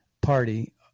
Party